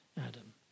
Adam